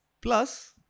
Plus